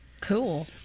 Cool